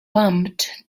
bummed